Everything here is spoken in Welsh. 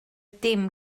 dim